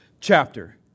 chapter